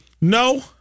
No